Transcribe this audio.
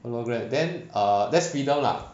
hologram then err that's freedom lah